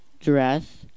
Dress